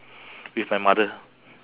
with my mother